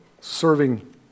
serving